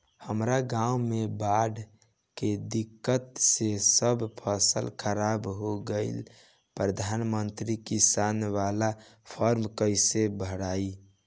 हमरा गांव मे बॉढ़ के दिक्कत से सब फसल खराब हो गईल प्रधानमंत्री किसान बाला फर्म कैसे भड़ाई?